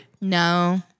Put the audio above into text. No